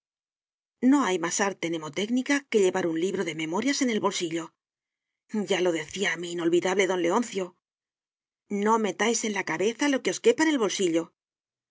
no hay más arte mnemotécnica que llevar un libro de memorias en el bolsillo ya lo decía mi inolvidable don leoncio no metáis en la cabeza lo que os quepa en el bolsillo